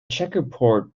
checkerboard